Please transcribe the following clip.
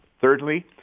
thirdly